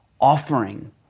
offering